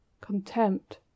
contempt